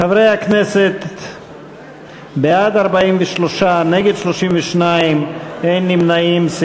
חברי הכנסת, בעד, 43, נגד, 32, אין נמנעים.